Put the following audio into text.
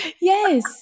Yes